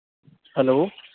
hello